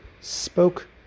spoke